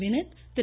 Vineet Thiru